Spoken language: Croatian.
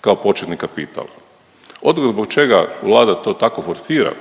kao početni kapital. … /ne razumije se/ … zbog čega Vlada to tako forsira,